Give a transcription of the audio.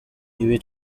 ibi